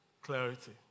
Clarity